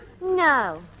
No